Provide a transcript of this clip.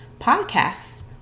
podcasts